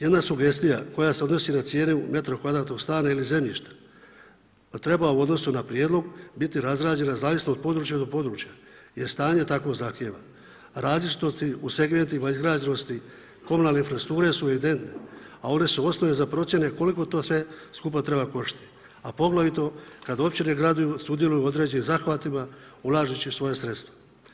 Jedna sugestija koja se odnosi na cijene u metru kvadratnog stana ili zemljišta a treba u odnosu na prijedlog biti razrađena zavisno od područja do područja jer stanje tako zahtijeva, različitosti u segmentima izgrađenosti komunalne infrastrukture su evidentne a one su osnove za procjene koliko to sve skupa treba koštati a poglavito kad općine i gradovi sudjeluju u određenim zahvatima ulažući u svoja sredstva.